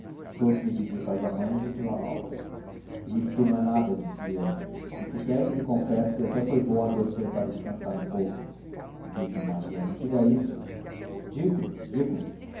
trouxe-me visitas da mãe e de lalau isto não é nada disse-lhe eu e se quer que lhe confesse até foi bom adoecer para descansar um pouco virgem maria não diga isso digo digo